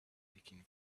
leaking